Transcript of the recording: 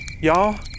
y'all